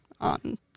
on